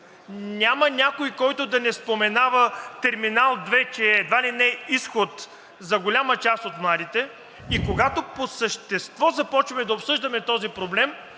Няма някой, който да не споменава Терминал 2, че едва ли не е изход за голяма част от младите, и когато по същество започваме да обсъждаме този проблем,